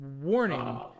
warning